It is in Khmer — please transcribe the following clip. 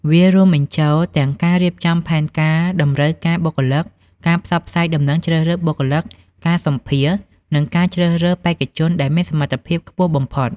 វារួមបញ្ចូលទាំងការរៀបចំផែនការតម្រូវការបុគ្គលិក ការផ្សព្វផ្សាយដំណឹងជ្រើសរើសបុគ្គលិក ការសម្ភាសន៍ និងការជ្រើសរើសបេក្ខជនដែលមានសមត្ថភាពខ្ពស់បំផុត។